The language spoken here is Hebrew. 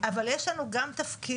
אבל יש לנו גם תפקיד